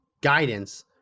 guidance